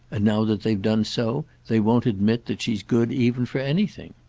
and now that they've done so they won't admit that she's good even for anything?